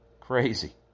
Crazy